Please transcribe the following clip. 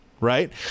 right